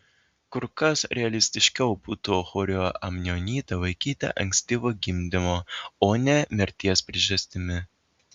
kur kas realistiškiau būtų chorioamnionitą laikyti ankstyvo gimdymo o ne mirties priežastimi